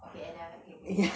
okay and then okay okay